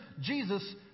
Jesus